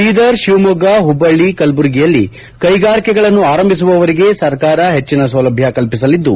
ಬೀದರ್ ತಿವಮೊಗ್ಗ ಹುಬ್ಬಳ್ಳಿ ಕಲಬುರಗಿಯಲ್ಲಿ ಕೈಗಾರಿಕೆಗಳನ್ನು ಆರಂಭಿಸುವವರಿಗೆ ಸರ್ಕಾರ ಹೆಚ್ಚನ ಸೌಲಭ್ಯ ಕಲ್ಲಿಸಲಿದ್ದು